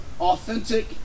authentic